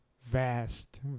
vast